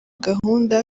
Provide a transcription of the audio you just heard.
gahunda